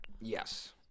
Yes